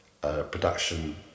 production